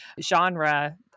genre